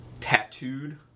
tattooed